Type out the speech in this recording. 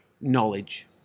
knowledge